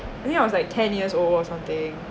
I think I was like ten years old or something